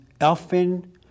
elfin